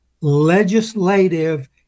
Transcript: legislative